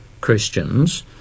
Christians